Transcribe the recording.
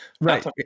Right